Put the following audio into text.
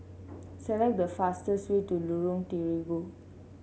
select the fastest way to Lorong Terigu